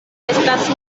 estas